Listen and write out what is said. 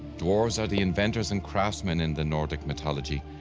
dwarfs are the inventors and craftsmen in the nordic mythology.